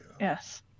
Yes